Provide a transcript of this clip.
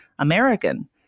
American